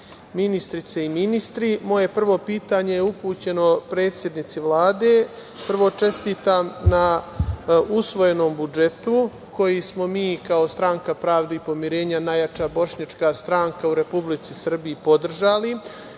ministarke i ministri, moje prvo pitanje je upućeno predsednici Vlade. Prvo, čestitam na usvojenom budžetu, koji smo mi kao Stranka pravde i pomirenja, najjača bošnjačka stranka u Republici Srbiji, podržali. Prošli